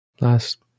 last